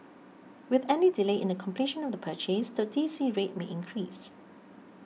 with any delay in the completion of the purchase the D C rate may increase